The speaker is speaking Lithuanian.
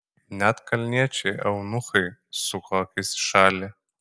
net kalniečiai eunuchai suko akis į šalį